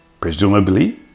Presumably